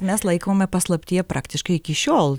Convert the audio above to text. mes laikome paslaptyje praktiškai iki šiol